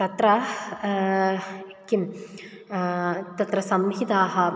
तत्र किं तत्र संहिताः